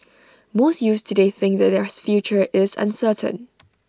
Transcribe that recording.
most youths today think that their future is uncertain